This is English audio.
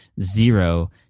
zero